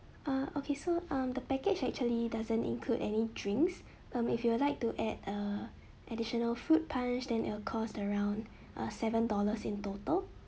uh okay so um the package actually doesn't include any drinks um if you would like to add uh additional fruit punch then it'll cost around uh seven dollars in total